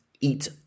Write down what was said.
eat